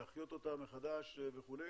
להחיות אותה מחדש וכו'.